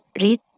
read